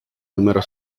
numero